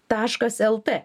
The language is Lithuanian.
taškas lt